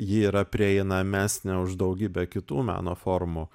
ji yra prieinamesnė už daugybę kitų meno formų